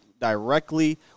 directly